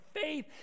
faith